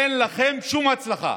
אין לכם שום הצלחה.